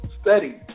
Study